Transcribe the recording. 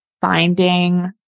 finding